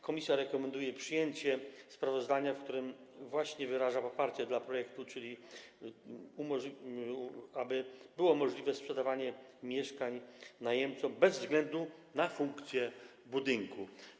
Komisja rekomenduje przyjęcie sprawozdania, w którym właśnie wyraża poparcie dla projektu, czyli dla umożliwienia sprzedawania mieszkań najemcom bez względu na funkcję budynku.